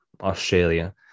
Australia